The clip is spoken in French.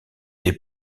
des